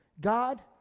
God